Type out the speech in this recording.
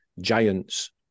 giants